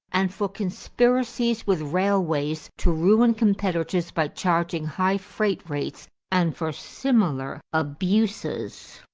and for conspiracies with railways to ruin competitors by charging high freight rates and for similar abuses.